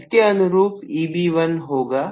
इसके अनुरूप Eb1 होगा